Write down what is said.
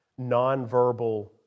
nonverbal